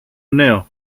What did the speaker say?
νέο